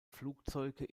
flugzeuge